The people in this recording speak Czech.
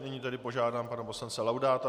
Nyní požádám pana poslance Laudáta.